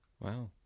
Wow